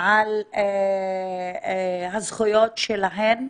על הזכויות שלהן.